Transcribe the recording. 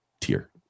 tier